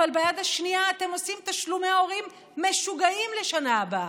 אבל ביד השנייה אתם עושים תשלומי הורים משוגעים לשנה הבאה.